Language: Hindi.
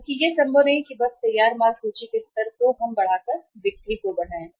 क्योंकि यह संभव नहीं है कि बस तैयार माल सूची के स्तर को बढ़ाकर हम कर सकते हैं बिक्री बढ़ाएं